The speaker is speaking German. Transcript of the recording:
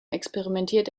experimentiert